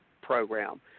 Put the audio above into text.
program